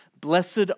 Blessed